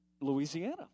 Louisiana